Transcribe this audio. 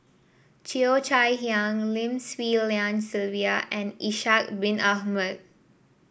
Cheo Chai Hiang Lim Swee Lian Sylvia and Ishak Bin Ahmad